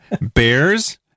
bears